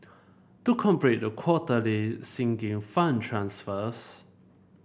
to complete the quarterly Sinking Fund transfers